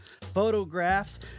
photographs